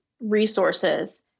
resources